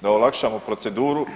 da olakšamo proceduru?